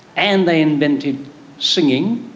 and they invented singing,